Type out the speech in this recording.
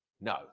No